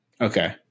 Okay